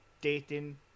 dating